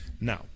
now